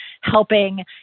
helping